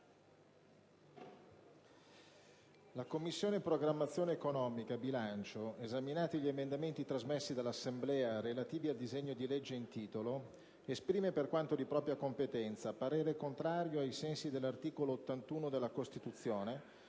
«La Commissione programmazione economica, bilancio, esaminati gli emendamenti trasmessi dall'Assemblea, relativi al disegno di legge in titolo, esprime, per quanto di propria competenza, parere contrario, ai sensi dell'articolo 81 della Costituzione,